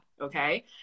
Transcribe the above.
Okay